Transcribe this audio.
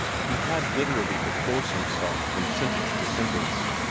he had literally to force himself from sentence to sentence,